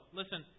listen